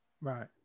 Right